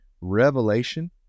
revelation